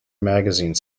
magazine